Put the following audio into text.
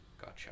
Gotcha